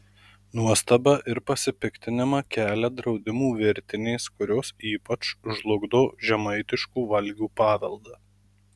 nuostabą ir pasipiktinimą kelia draudimų virtinės kurios ypač žlugdo žemaitiškų valgių paveldą